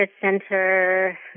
center